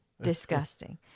Disgusting